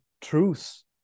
truths